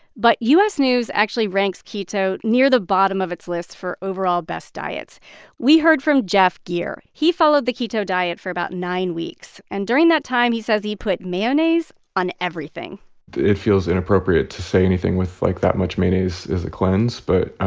but u s. news actually ranks keto near the bottom of its list for overall best diets we heard from jeff geer. he followed the keto diet for about nine weeks. and during that time, he says he put mayonnaise on everything it feels inappropriate to say anything with, like, that much mayonnaise is a cleanse. but,